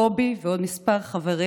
קובי ועוד כמה חברים